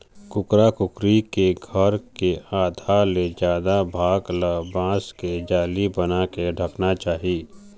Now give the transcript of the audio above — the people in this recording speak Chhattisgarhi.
कुकरा कुकरी के घर के आधा ले जादा भाग ल बांस के जाली बनाके ढंकना चाही